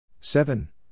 Seven